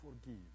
forgive